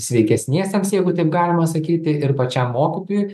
sveikesniems jeigu taip galima sakyti ir pačiam mokytojui